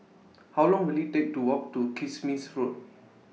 How Long Will IT Take to Walk to Kismis Road